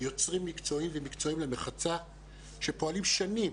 יוצרים מקצועיים ומקצועיים למחצה שפועלים שנים